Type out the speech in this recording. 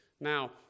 Now